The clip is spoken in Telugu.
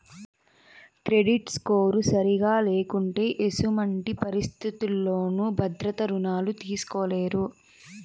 క్రెడిట్ స్కోరు సరిగా లేకుంటే ఎసుమంటి పరిస్థితుల్లోనూ భద్రత రుణాలు తీస్కోలేరు